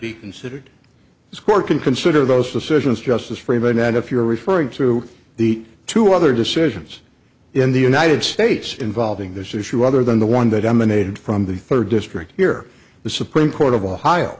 be considered as court can consider those decisions just as framing that if you're referring to the two other decisions in the united states involving this issue other than the one that emanated from the third district here the supreme court of ohio